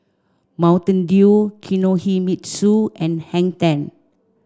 Mountain Dew Kinohimitsu and Hang Ten